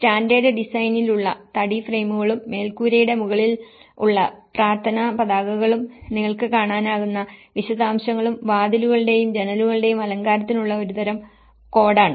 standard ഡിസൈനിലുള്ള തടി ഫ്രെയിമുകളും മേൽക്കൂരയുടെ മുകളിലുള്ള പ്രാർത്ഥന പതാകകളും നിങ്ങൾക്ക് കാണാനാകുന്ന വിശദാംശങ്ങളും വാതിലുകളുടെയും ജനലുകളുടെയും അലങ്കാരത്തിനുള്ള ഒരു തരം കോഡാണ്